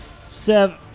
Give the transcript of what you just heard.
Seven